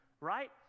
right